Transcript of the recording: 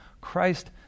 Christ